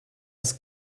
das